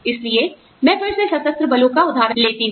इसलिए मैं फिर से सशस्त्र बलों का उदाहरण लेती हूँ